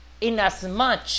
Inasmuch